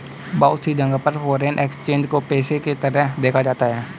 बहुत सी जगह पर फ़ोरेन एक्सचेंज को पेशे के तरह देखा जाता है